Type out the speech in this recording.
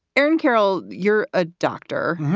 aaron carroll, you're a doctor.